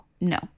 No